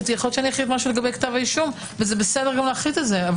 יכול להחליט משהו לגבי כתב האישום וזה בסדר להחליט את זה.